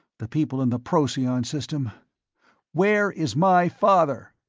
the people in the procyon system where is my father?